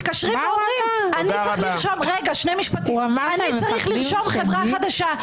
מתקשרים ואומרים: אני צריך לרשום חברה חדשה,